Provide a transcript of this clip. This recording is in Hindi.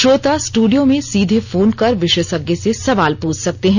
श्रोता स्टूमडियो में सीधे फोन कर विशेषज्ञ से सवाल प्रछ सकते हैं